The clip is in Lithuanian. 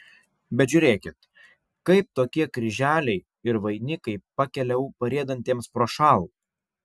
bet žiūrėkit kaip tokie kryželiai ir vainikai pakelia ūpą riedantiems prošal